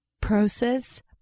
process